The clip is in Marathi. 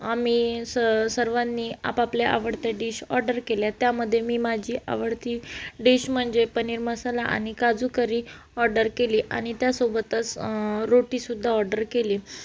आम्ही स सर्वांनी आपापल्या आवडत्या डिश ऑर्डर केल्या त्यामध्ये मी माझी आवडती डिश म्हणजे पनीर मसाला आणि काजू करी ऑर्डर केली आणि त्यासोबतच रोटीसुद्धा ऑर्डर केली